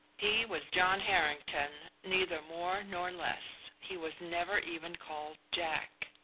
he was john harrington, neither more nor less. he was never even called jack.